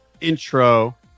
intro